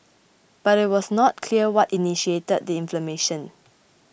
but it was not clear what initiated the inflammation